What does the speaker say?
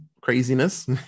craziness